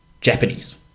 japanese